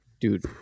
dude